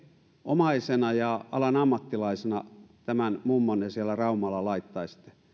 omaisena ja alan ammattilaisena tämän mummonne siellä raumalla laittaisitte